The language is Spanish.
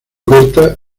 corta